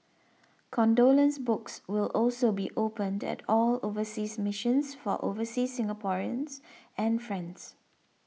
condolence books will also be opened at all overseas missions for overseas Singaporeans and friends